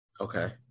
Okay